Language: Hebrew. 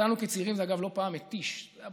אותנו, כצעירים, זה לא פעם התיש, אגב.